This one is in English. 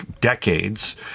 decades